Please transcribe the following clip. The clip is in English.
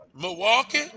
Milwaukee